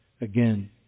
again